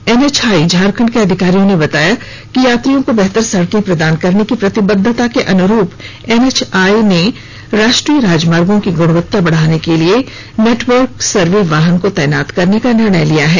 NHI Jharkhand के अधिकारियों ने बताया कि यात्रियों को बेहतर सड़कें प्रदान करने की प्रतिबद्वता के अनुरूप एनएचआई ने राष्ट्रीय राजमार्गो की गुणवत्ता बढ़ाने के लिए नेटवर्क सर्वे वाहन को तैनात करने का निर्णय लिया है